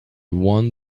won